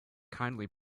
kindly